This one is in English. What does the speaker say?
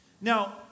Now